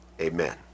Amen